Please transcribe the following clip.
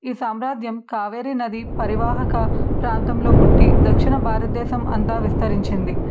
ఈ సామ్రాజ్యం కావేరీ నది పరివాహక ప్రాంతంలో పుట్టి దక్షిణ భారతదేశం అంతా విస్తరించింది